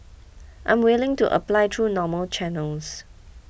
I'm willing to apply through normal channels